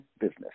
business